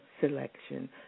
selection